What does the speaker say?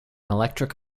electric